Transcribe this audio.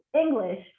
English